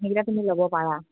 সেইকেইটা তুমি ল'ব পাৰা